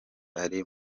ari